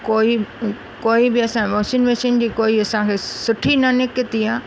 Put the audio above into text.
कोई कोई बि असां वॉशिंग मशीन जी कोई असांखे सुठी न निकिती आहे